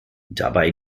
dabei